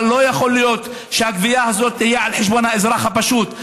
אבל לא יכול להיות שהגבייה הזאת תהיה על חשבון האזרח הפשוט.